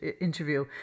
interview